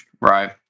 Right